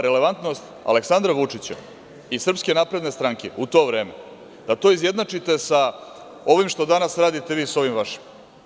Relevantnost Aleksandra Vučića i SNS u to vreme da to izjednačite sa ovim što danas radite vi sa ovim vašim.